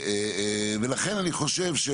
ולכן אני חושב,